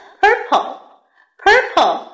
purple.purple